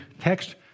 text